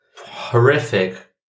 Horrific